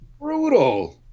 Brutal